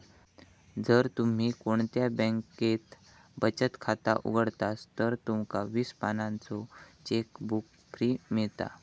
जर तुम्ही कोणत्या बॅन्केत बचत खाता उघडतास तर तुमका वीस पानांचो चेकबुक फ्री मिळता